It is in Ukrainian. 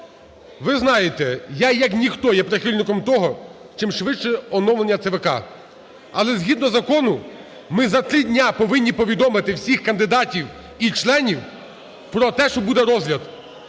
Ви знаєте я, як ніхто, є прихильником того, чимшвидше оновлення ЦВК. Але згідно закону ми за три дні повинні повідомити всіх кандидатів і членів про те, що буде розгляд.